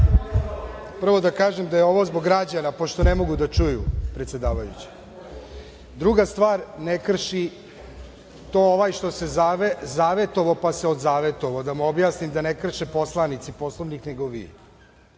108.Prvo, da kažem da je ovo zbog građana,, pošto ne mogu da čuju, predsedavajuća. Druga stvar, ne kriši, to ovaj što se zavetovao, pa se odzavetovao, da mu objasnim da ne kriše poslanici Poslovnik, nego